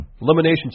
Elimination